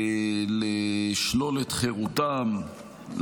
לשלול את חירותם,